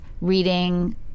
reading